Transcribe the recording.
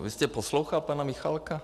Vy jste poslouchal pana Michálka?